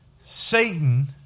Satan